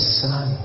son